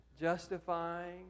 justifying